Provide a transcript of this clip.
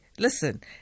listen